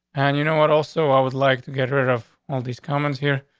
and you know what? also, i would like to get her off all these comments here.